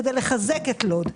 כדי לחזק את לוד.